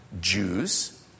Jews